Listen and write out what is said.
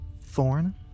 Thorn